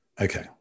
Okay